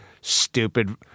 stupid